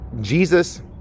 Jesus